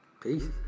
peace